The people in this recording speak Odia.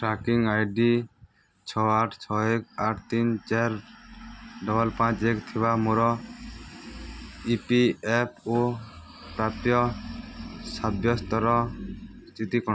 ଟ୍ରାକିଙ୍ଗ୍ ଆଇ ଡ଼ି ଛଅ ଆଠ ଛଅ ଏକ ଆଠ ତିନି ଚାରି ଡବଲ୍ ପାଞ୍ଚ ଏକ ଥିବା ମୋର ଇ ପି ଏଫ୍ ଓ ପ୍ରାପ୍ୟ ସାବ୍ୟସ୍ତର ସ୍ଥିତି କ'ଣ